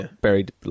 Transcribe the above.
buried